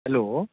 hello